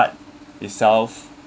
art itself